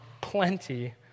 Plenty